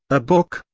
a book,